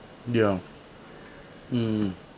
ya mm